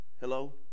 hello